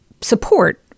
support